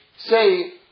say